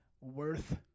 worth